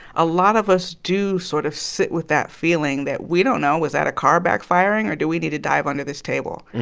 a lot of us do sort of sit with that feeling that we don't know, was that a car backfiring, or do we need to dive under this table?